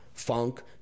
Funk